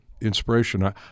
inspiration